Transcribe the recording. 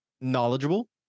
knowledgeable